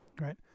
right